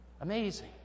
Amazing